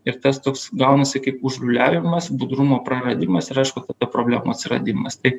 ir tas toks gaunasi kaip užliūliavimas budrumo praradimas ir ašku po to problemų atsiradimas tai